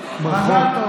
ברכות.